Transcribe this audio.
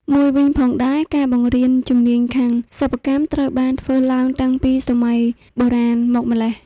មួយវិញផងដែរការបង្រៀនជំនាញខាងសិប្បកម្មត្រូវបានធ្វើឡើងតាំងពីសម័យបុរាណមកម្លេះ។